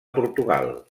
portugal